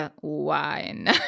wine